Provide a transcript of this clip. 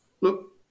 Look